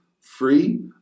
free